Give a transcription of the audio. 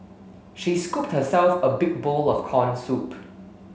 she scooped herself a big bowl of corn soup